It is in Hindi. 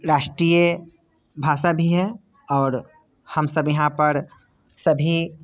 राष्ट्रीय भाषा भी है और हम सब यहाँ पर सभी